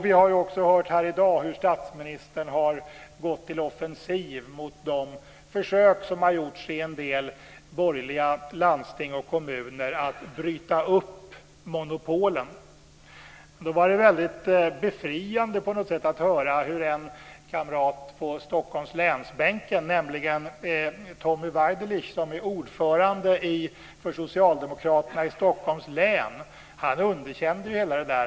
Vi har också hört här i dag hur statsministern har gått till offensiv mot de försök som har gjorts i en del borgerliga landsting och kommuner att bryta upp monopolen. Då var det väldigt befriande på något sätt att höra hur en kamrat på Stockholms läns-bänken, nämligen Tommy Waidelich, som är ordförande för Socialdemokraterna i Stockholms län, underkände hela detta.